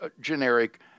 generic